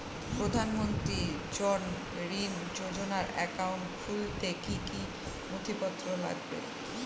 প্রধানমন্ত্রী জন ধন যোজনার একাউন্ট খুলতে কি কি নথিপত্র লাগবে?